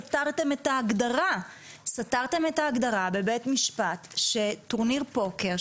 אתם סתרתם את ההגדרה בבית המשפט שטורניר פוקר,